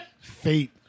Fate